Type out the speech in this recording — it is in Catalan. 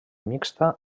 mixta